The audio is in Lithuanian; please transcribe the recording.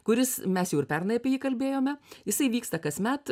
kuris mes jau ir pernai apie jį kalbėjome jisai vyksta kasmet